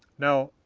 now,